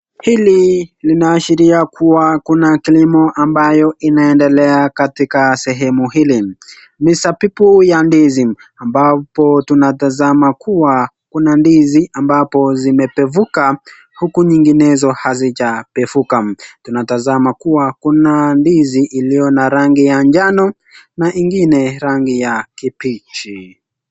Hili linaashiria kua, kuna kilimo ambayo inaendelea katika sehemu hili. Mizabibu ya ndizi, ambapo tunatazama kua, kuna ndizi ambapo zimepevuka huku nyinginezo hazijapevuka. Tunatazama kua, kuna ndizi iliyo na rangi ya njano na ingine rangi ya kibichi.